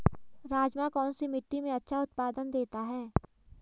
राजमा कौन सी मिट्टी में अच्छा उत्पादन देता है?